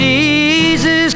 Jesus